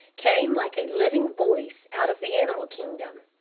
came like a living voice out of the animal kingdom.